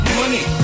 money